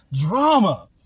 drama